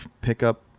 pickup